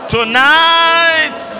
Tonight